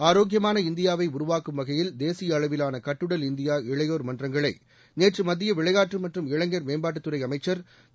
ஆரோக்கியமான இந்தியாவை உருவாக்கும் வகையில் தேசிய அளவிலான கட்டுடல் இந்தியா இளையோர் மன்றங்களை நேற்று மத்திய விளையாட்டு மற்றும் இளைஞர் மேம்பாட்டுத் துறை அமைச்சர் திரு